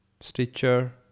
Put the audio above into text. Stitcher